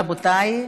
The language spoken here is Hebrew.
רבותיי,